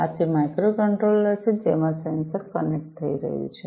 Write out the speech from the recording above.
આ તે માઇક્રોકન્ટ્રોલર છે જેમાં સેન્સર કનેક્ટ થઈ રહ્યું છે